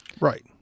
Right